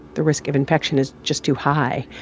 the risk of infection is just too high.